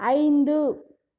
ஐந்து